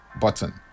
button